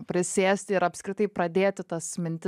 prisėsti ir apskritai pradėti tas mintis